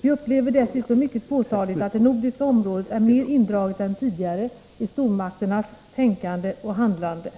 Vi upplever dessutom mycket påtagligt att det nordiska området är mer indraget än tidigare i stormakternas tänkande och handlande.